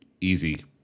easy